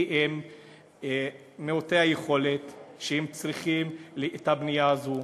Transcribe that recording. כי הם מעוטי יכולת שצריכים את הבנייה הזו.